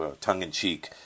tongue-in-cheek